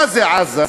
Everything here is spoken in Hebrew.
מה זה עזה?